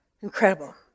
Incredible